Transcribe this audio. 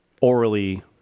orally